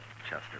Chester